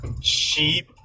sheep